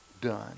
done